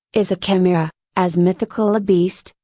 is a chimera, as mythical a beast,